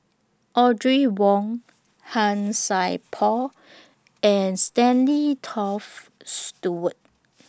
Audrey Wong Han Sai Por and Stanley Toft Stewart